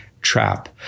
trap